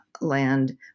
Land